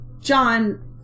John